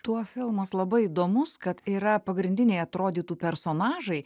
tuo filmas labai įdomus kad yra pagrindiniai atrodytų personažai